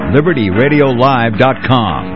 LibertyRadioLive.com